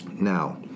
Now